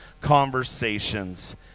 conversations